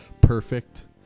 Perfect